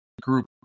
group